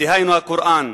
דהיינו, הקוראן,